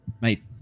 Mate